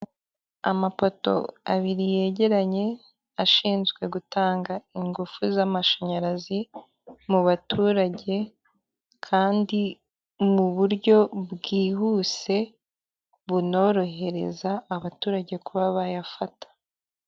Amapoto abiri yegeranye, ashinzwe gutanga ingufu z'amashanyarazi mu baturage kandi mu buryo bwihuse, bunorohereza abaturage kuba bayafata.